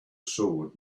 sword